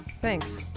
Thanks